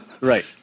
Right